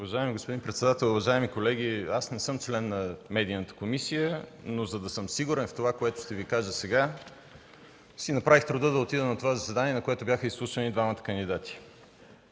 Уважаеми господин председател, уважаеми колеги! Аз не съм член на Медийната комисия, но за да съм сигурен в това, което ще Ви кажа сега, си направих труда да отида на заседанието й, на което бяха изслушани двамата кандидати.